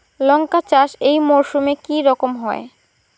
লঙ্কা চাষ এই মরসুমে কি রকম হয়?